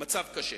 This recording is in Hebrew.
מצב קשה: